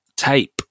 Tape